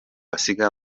basiga